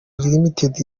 ltd